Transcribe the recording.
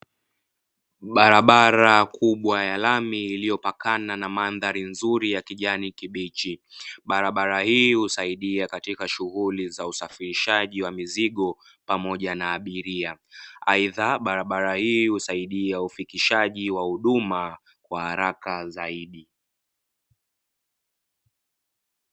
Barabara kubwa ya lami iliyopakana na madhari nzuri ya kijani kibichi. Barabara hii husaidia katika shuguli za usafirishaji wa mizigo pamoja na abiria, aidha barabara hii husaidia ufikishaji wa huduma kwa haraka zaidi.